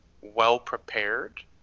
well-prepared